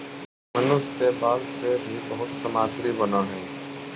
मनुष्य के बाल से भी बहुत सामग्री बनऽ हई